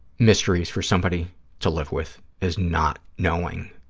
mysteries for somebody to live with, is not knowing,